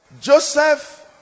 Joseph